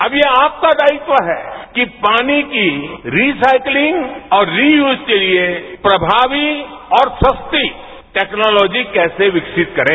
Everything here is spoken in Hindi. अब ये आपका दायित्व है कि पानी की रिसाइक्लिंग और रीयूज के लिए प्रभावी और सस्ती टेक्नोलॉजी कैसे विकसित करे